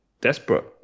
desperate